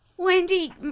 Wendy